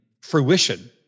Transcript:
fruition